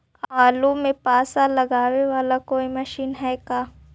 आलू मे पासा लगाबे बाला कोइ मशीन है का?